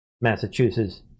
Massachusetts